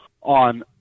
on